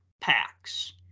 packs